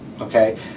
okay